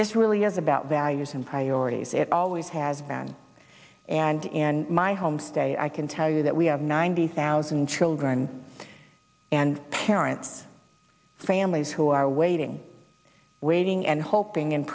this really is about values and priorities it always has been and in my home state i can tell you that we have ninety thousand children and parents families who are waiting waiting and hoping and